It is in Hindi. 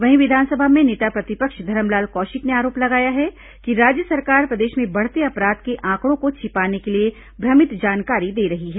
वहीं विधानसभा में नेता प्रतिपक्ष धरमलाल कौशिक ने आरोप लगाया है कि राज्य सरकार प्रदेश में बढ़ते अपराध के आकड़ों को छिपाने के लिए भ्रमित जानकारी दे रही है